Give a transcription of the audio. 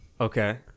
okay